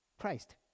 Christ